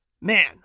Man